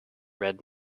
red